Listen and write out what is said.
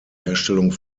herstellung